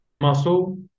muscle